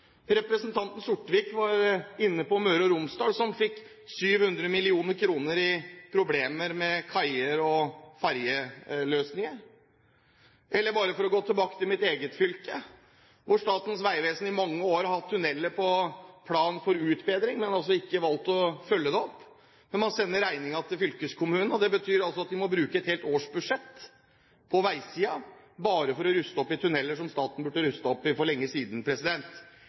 Representanten Sortevik var inne på Møre og Romsdal, som fikk 700 mill. kr i problemer med kaier og ferjeløsninger. Og bare for å gå tilbake til mitt eget fylke: Der har Statens vegvesen i mange år hatt en plan for utbedring av tunneler, men har valgt ikke å følge det opp, men man sender regningen til fylkeskommunen. Det betyr altså at de må bruke et helt års budsjett på veisiden bare for å ruste opp tunneler som staten burde ha rustet opp for lenge siden.